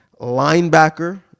linebacker